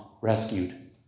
rescued